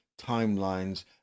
timelines